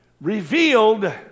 revealed